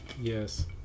Yes